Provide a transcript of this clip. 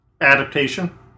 Adaptation